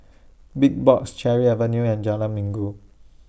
Big Box Cherry Avenue and Jalan Minggu